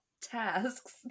tasks